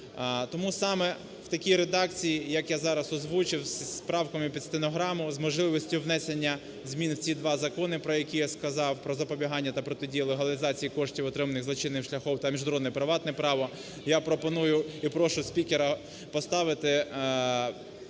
Тому саме в такій редакції, як я зараз озвучив, з правками під стенограму, з можливістю внесення змін в ці два закони, про які я сказав, про запобігання та протидії легалізації коштів, отриманих злочинним шляхом та міжнародне приватне право, я пропоную і прошу спікера поставити